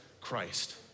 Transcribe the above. Christ